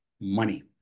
money